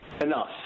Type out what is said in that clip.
enough